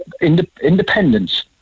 independence